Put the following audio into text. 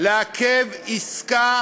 לעכב עסקה